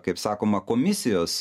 kaip sakoma komisijos